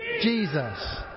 Jesus